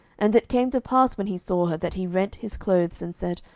and it came to pass, when he saw her, that he rent his clothes, and said,